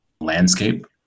landscape